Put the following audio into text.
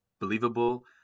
believable